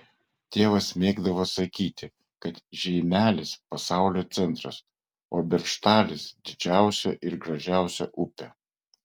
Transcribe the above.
tėvas mėgdavo sakyti kad žeimelis pasaulio centras o beržtalis didžiausia ir gražiausia upė